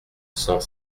cent